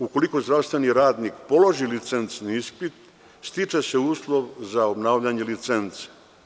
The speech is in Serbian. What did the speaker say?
Ukoliko zdravstveni radnik položi licencni ispit, stiče se uslov za obnavljanje licence.